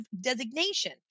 designation